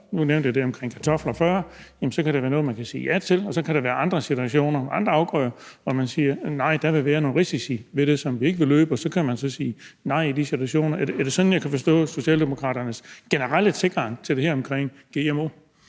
nu nævnte jeg det om kartofler før – så kan det være noget, man kan sige ja til. Og så kan der være andre situationer, andre afgrøder, hvor man siger, at nej, der vil være nogle risici ved det, som vi ikke vil løbe, og så kan man så sige nej i de situationer. Er det sådan, jeg kan forstå Socialdemokraternes generelle tilgang til det her omkring gmo?